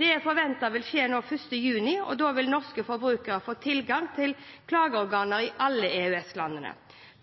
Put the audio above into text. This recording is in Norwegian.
Det er forventet å skje 1. juni, og da vil norske forbrukere få tilgang til klageorganer i alle EØS-landene.